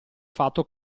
fatto